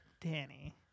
Danny